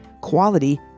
quality